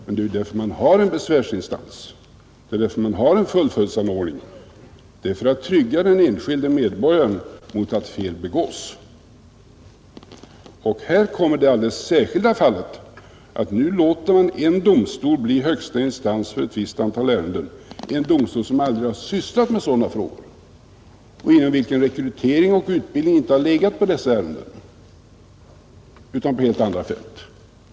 Det är ju därför man har en besvärsinstans, en fullföljdsanordning — det är för att trygga den enskilde medborgaren mot att fel begås. Här kommer det alldeles särskilda fallet att man låter en domstol bli högsta instans för ett visst antal ärenden — en domstol som aldrig sysslat med sådana frågor och inom vilken rekrytering och utbildning inte har legat på dessa ärenden utan på helt andra fält.